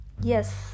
Yes